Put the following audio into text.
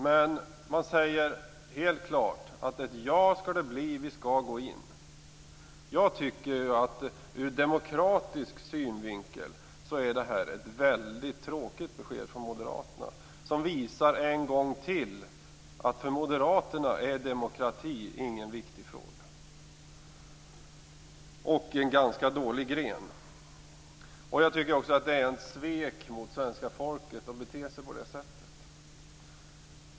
Man säger helt klart att ett ja skall det bli. Vi skall gå in. Jag tycker att det ur demokratisk synvinkel är ett tråkigt besked från moderaterna, som en gång till visar att för moderaterna är demokrati inte någon viktig fråga och en ganska dålig gren. Jag tycker att det är ett svek mot svenska folket att bete sig på det sättet.